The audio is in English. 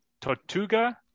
Tortuga